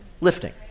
lifting